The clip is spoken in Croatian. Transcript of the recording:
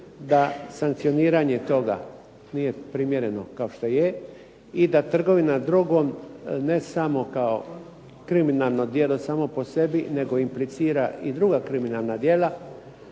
da sankcioniranje toga, nije primjereno kao što je i da trgovina drogom ne samo kao kriminalno djelo samo po sebi, nego implicira i druga kriminala djela